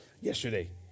yesterday